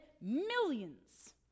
millions